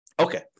Okay